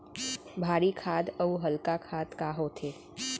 भारी खाद अऊ हल्का खाद का होथे?